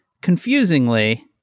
confusingly